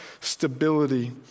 stability